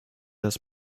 das